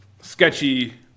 sketchy